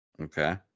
okay